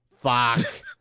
Fuck